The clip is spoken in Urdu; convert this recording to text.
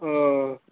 اوہ